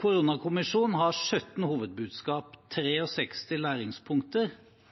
Koronakommisjonen har 17 hovedbudskap